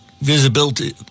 visibility